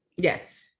Yes